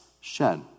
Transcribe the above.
shed